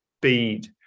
speed